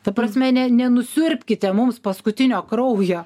ta prasme ne nenusiurbkite mums paskutinio kraujo